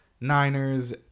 Niners